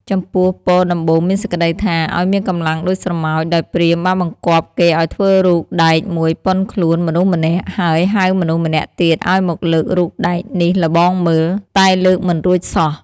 ចំពោះពរដំបូងមានសេចក្ដីថា ឲ្យមានកម្លាំងដូចស្រមោច ដោយព្រាហ្មណ៍បានបង្គាប់គេឲ្យធ្វើរូបដែកមួយប៉ុនខ្លួនមនុស្សម្នាក់ ហើយហៅមនុស្សម្នាក់ទៀតឲ្យមកលើករូបដែកនេះល្បងមើល តែលើកមិនរួចសោះ។